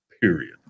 period